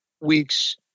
weeks